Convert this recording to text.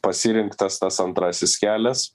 pasirinktas tas antrasis kelias